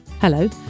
Hello